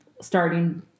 starting